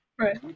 Right